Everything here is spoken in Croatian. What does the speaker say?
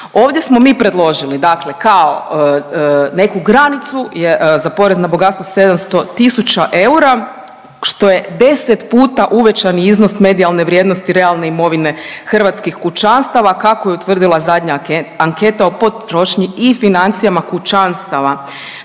Ovdje smo mi predložili, dakle kao neku granicu za porez na bogatstvo 700000 eura što je deset puta uvećani iznos medijalne vrijednosti realne imovine hrvatskih kućanstava kako je utvrdila zadnja anketa o potrošnji i financijama kućanstava.